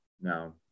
no